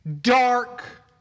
dark